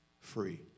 free